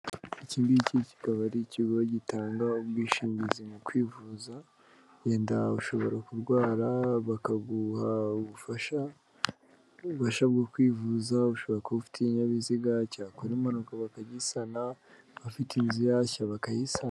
Ikingiki kikaba ari ikigo gitanga ubwishingizi mu kwivuza wenda ushobora kurwara bakaguha ubufasha ubufasha bwo kwivuza ushobora ko ufite ikinyabiziga cyakora impanuka bakagisana, abafite inzu yashya bakayisana.